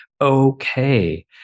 okay